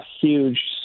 huge